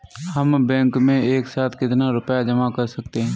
हम बैंक में एक साथ कितना रुपया जमा कर सकते हैं?